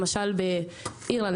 למשל באירלנד,